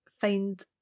find